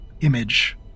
image